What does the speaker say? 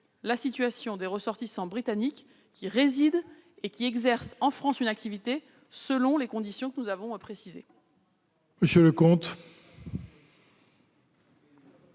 la situation des ressortissants britanniques qui résident en France ou y exercent une activité selon les conditions que nous avons précisées.